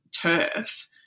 turf